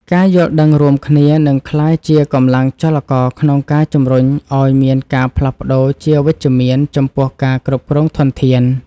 ការយល់ដឹងរួមគ្នានឹងក្លាយជាកម្លាំងចលករក្នុងការជំរុញឱ្យមានការផ្លាស់ប្តូរជាវិជ្ជមានចំពោះការគ្រប់គ្រងធនធាន។